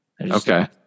okay